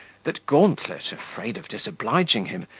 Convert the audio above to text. that gauntlet, afraid of disobliging him,